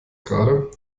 gerade